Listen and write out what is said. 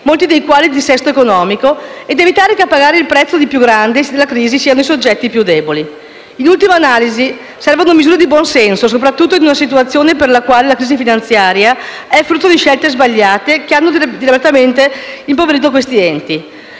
molti dei quali in dissesto economico, ed evitare che a pagare il prezzo più grande della crisi siano i soggetti più deboli. In ultima analisi, servono misure di buonsenso, soprattutto in una situazione in cui la crisi finanziaria è frutto di scelte sbagliate che hanno deliberatamente impoverito questi enti.